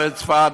בצפת,